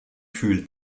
fühlt